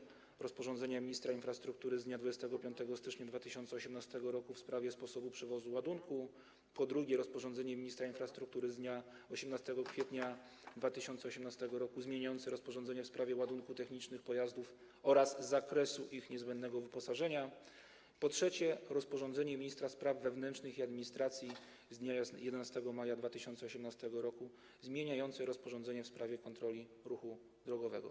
Są to: po pierwsze, rozporządzenie ministra infrastruktury z dnia 25 stycznia 2018 r. w sprawie sposobu przewozu ładunku, po drugie, rozporządzenie ministra infrastruktury z dnia 18 kwietnia 2018 r. zmieniające rozporządzenie w sprawie warunków technicznych pojazdów oraz zakresu ich niezbędnego wyposażenia, po trzecie, rozporządzenie ministra spraw wewnętrznych i administracji z dnia 11 maja 2018 r. zmieniające rozporządzenie w sprawie kontroli ruchu drogowego.